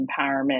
empowerment